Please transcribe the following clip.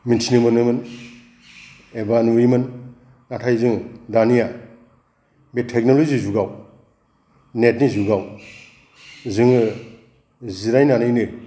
मिन्थिनो मोनोमोन एबा नुयोमोन नाथाय जों दानिया बे थेकन'लजि जुगाव नेतनि जुगाव जोङो जिरायनानैनो